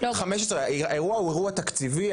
עוד 15.״ האם זה אירוע תקציבי?